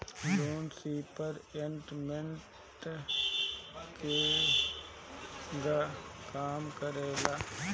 Loan repayment केगा काम करेला?